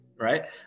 right